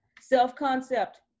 self-concept